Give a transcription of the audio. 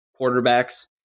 quarterbacks